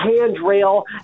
handrail